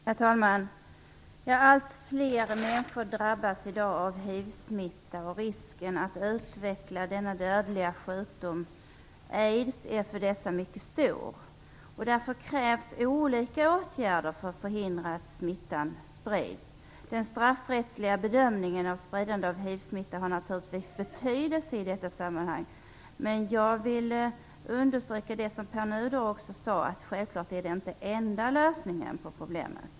Herr talman! Allt fler människor drabbas i dag av hivsmitta, och risken att utveckla den dödliga sjukdomen aids är för dessa människor mycket stor. Därför krävs olika åtgärder för att förhindra att smittan sprids. Den straffrättsliga bedömningen av spridande av hivsmitta har naturligtvis betydelse i detta sammanhang. Men jag vill också understryka det som Pär Nuder sa, nämligen att detta självfallet inte är den enda lösningen på problemet.